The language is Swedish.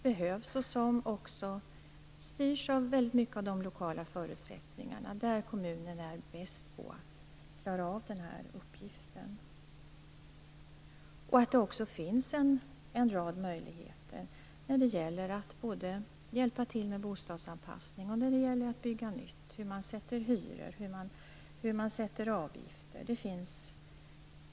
Detta styrs väldigt mycket av de lokala förutsättningarna. Det är kommunerna som är bäst på att klara av denna uppgift. De har, som jag sade, en rad möjligheter, t.ex. att hjälpa till med bostadsanpassning, att bygga nytt, hyressättningen och fastställandet av avgifter.